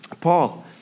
Paul